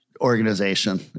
organization